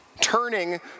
Turning